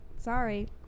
Sorry